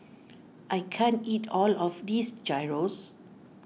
I can't eat all of this Gyros